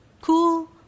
cool